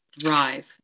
thrive